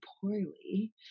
poorly